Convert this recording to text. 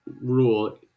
rule